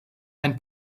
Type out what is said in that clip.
ein